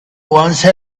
once